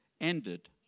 ended